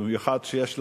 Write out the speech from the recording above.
במיוחד שיש לך,